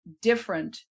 different